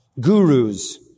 gurus